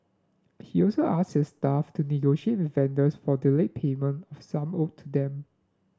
he also asked his staff to with vendors for delayed payment of sum owed to them